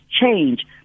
change